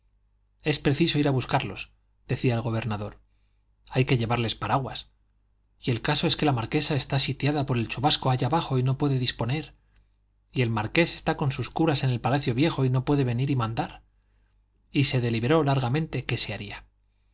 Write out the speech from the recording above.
es preciso ir a buscarlos decía el gobernador hay que llevarles paraguas y el caso es que la marquesa está sitiada por el chubasco allá abajo y no puede disponer y el marqués está con sus curas en el palacio viejo y no puede venir y mandar y se deliberó largamente qué se haría